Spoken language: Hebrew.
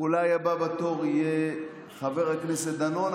אולי הבא בתור יהיה חבר הכנסת דנון.